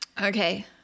Okay